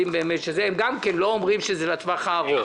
הם גם כן לא אומרים שזה לטווח הארוך.